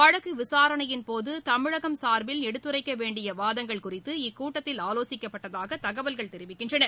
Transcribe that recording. வழக்கு விசாரணையின் போது தமிழகம் சார்பில் எடுத்துரைக்க வேண்டிய வாதங்கள் குறித்து இக்கூட்டத்தில் ஆலோசிக்கப்பட்டதாக தகவல்கள் தெரிவிக்கின்றன